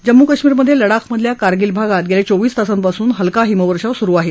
जम्मू काश्मीरमध्ये लडाखमधल्या कारगिल भागात गेल्या चोवीस तासांपासून हलका हिमवर्षाव आहे